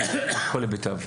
על כל היבטיו.